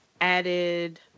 added